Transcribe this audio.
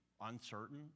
uncertain